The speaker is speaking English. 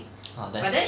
hor that's